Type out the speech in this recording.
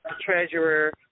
treasurer